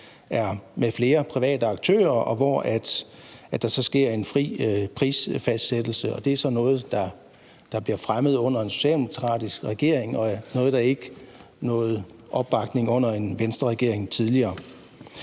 er med flere private aktører, og hvor der så sker en fri prisfastsættelse. Det er så noget, der bliver fremmet under en socialdemokratisk regering, og noget, der ikke opnåede opbakning under en Venstreregering tidligere.